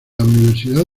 universidad